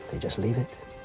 just leave it.